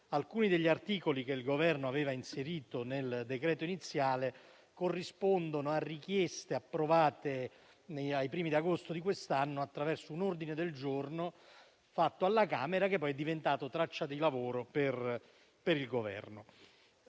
Alcuni degli articoli che il Governo aveva inserito nel decreto iniziale corrispondono a richieste approvate ai primi di agosto di quest'anno attraverso un ordine del giorno fatto alla Camera e che poi è diventato traccia di lavoro per il Governo.